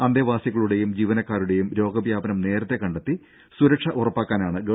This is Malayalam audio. അന്തേവാസികളുടെയും ജീവനക്കാരുടെയും രോഗ വ്യാപനം നേരത്തെ കണ്ടെത്തി സുരക്ഷ ഉറപ്പാക്കാനാണ് ഗവ